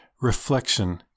reflection